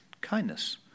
kindness